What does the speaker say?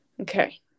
Okay